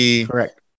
Correct